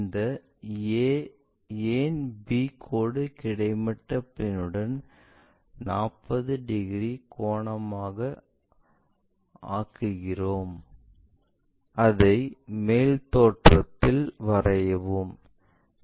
இந்த a ஏன்b கோடு கிடைமட்ட பிளேன் உடன் 45 டிகிரி கோணமாக ஆக்குகிறோம் அதை மேல் தோற்றமாக வரையவும்